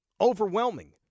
overwhelming